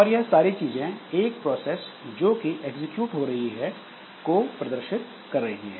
और यह सारी चीजें एक प्रोसेस जो कि एक्जिक्यूट हो रही है को प्रदर्शित कर रही है